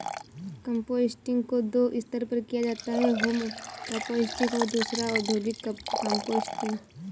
composting को दो स्तर पर किया जाता है होम कंपोस्टिंग और दूसरा औद्योगिक कंपोस्टिंग